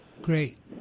Great